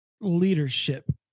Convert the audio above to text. leadership